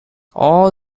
all